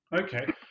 Okay